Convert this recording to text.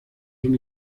son